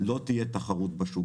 לא תהיה תחרות בשוק.